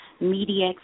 media